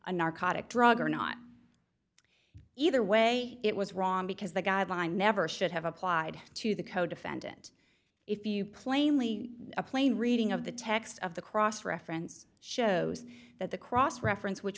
a narcotic drug or not either way it was wrong because the guideline never should have applied to the codefendant if you plainly a plain reading of the text of the cross reference shows that the cross reference which